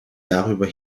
darüber